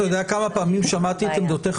אתה יודע כמה פעמים שמעתי את עמדותיך